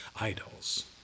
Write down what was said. idols